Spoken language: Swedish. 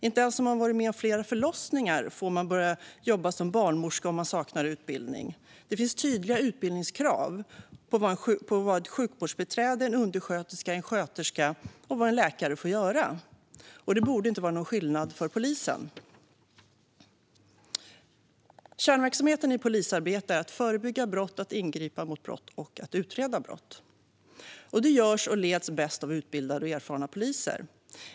Inte ens om man varit med om flera förlossningar får man börja jobba som barnmorska om man saknar utbildning. Det finns tydliga utbildningskrav när det gäller vad ett sjukvårdsbiträde, en undersköterska, en sköterska och en läkare får göra. Det borde inte vara någon skillnad för polisen. Kärnverksamheten i polisarbete är att förebygga, ingripa mot och utreda brott. Detta arbete görs och leds bäst av utbildade och erfarna poliser.